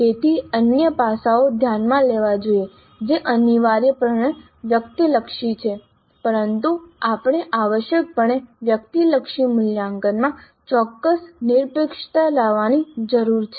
તેથી અન્ય પાસાઓ ધ્યાનમાં લેવા જોઈએ જે અનિવાર્યપણે વ્યક્તિલક્ષી છે પરંતુ આપણે આવશ્યકપણે વ્યક્તિલક્ષી મૂલ્યાંકનમાં ચોક્કસ નિરપેક્ષતા લાવવાની જરૂર છે